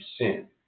percent